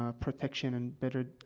ah protection and better, ah,